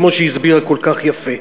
כמו שהיא הסבירה כל כך יפה.